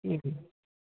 ठीक